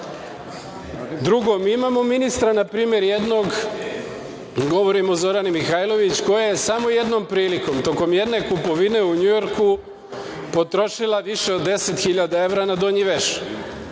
mi imamo ministra na primer jednog, govorim o Zorani Mihajlović koja je samo jednom prilikom, tokom jedne kupovine u Njujorku potrošila više od 10 hiljada evra na donji veš.